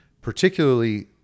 particularly